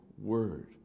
word